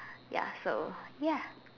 ya so ya